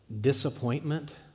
disappointment